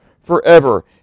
forever